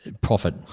profit